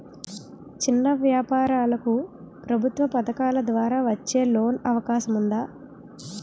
చిన్న వ్యాపారాలకు ప్రభుత్వం పథకాల ద్వారా వచ్చే లోన్ అవకాశం ఉందా?